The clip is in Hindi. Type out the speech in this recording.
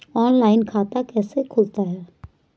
ऑनलाइन खाता कैसे खुलता है?